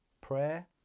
Prayer